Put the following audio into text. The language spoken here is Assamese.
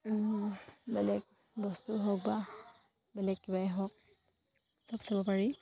বেলেগ বস্তু হওক বা বেলেগ কিবাই হওক সব চাব পাৰি